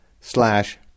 slash